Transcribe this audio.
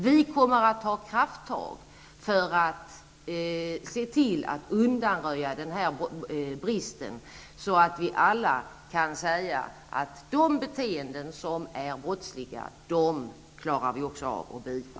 Vi kommer att ta krafttag för att undanröja denna brist, så att vi alla kan säga att vi klarar av att beivra de beteenden som är brottsliga.